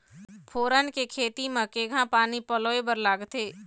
फोरन के खेती म केघा पानी पलोए बर लागथे?